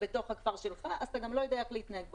בתוך הכפר שלך אז אתה גם לא יודע איך להתנהג בחוץ.